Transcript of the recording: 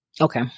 Okay